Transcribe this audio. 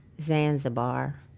Zanzibar